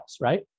right